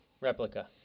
replica